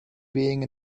being